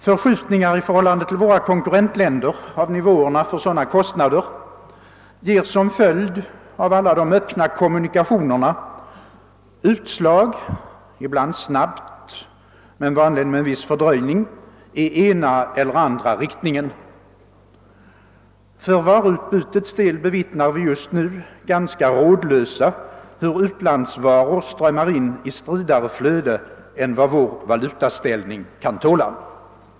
Förskjutningar i förhållande till våra konkurrentländer av nivåerna för sådana kostnader ger som följd av alla de öppna kommunikationerna utslag, ibland snabbt men vanligen med en viss fördröjning, i ena eller andra riktningen. För varuutbytets del bevittnar vi just nu ganska rådlösa hur utlandsvaror strömmar in i stridare flöde än vad vår valutaställning kan tåla.